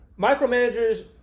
micromanagers